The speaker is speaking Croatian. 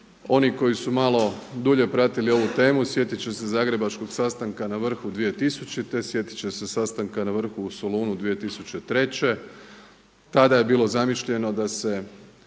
Oni koji su malo dulje pratili ovu temu sjetit će se zagrebačkog sastanka na vrhu 2000., sjetit će se sastanka na vrhu u Solunu 2003., tada je bilo zamišljeno da se